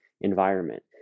environment